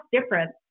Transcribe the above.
difference